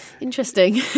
Interesting